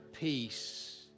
peace